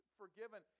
forgiven